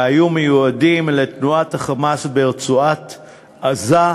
והיו מיועדים לתנועת ה"חמאס" ברצועת-עזה.